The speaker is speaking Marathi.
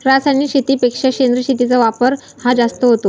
रासायनिक शेतीपेक्षा सेंद्रिय शेतीचा वापर हा जास्त होतो